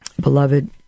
Beloved